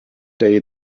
day